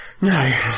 No